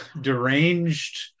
deranged